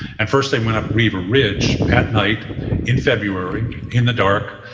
and first, they went up riva ridge at night in february in the dark,